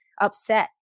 upset